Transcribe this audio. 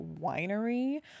winery